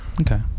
Okay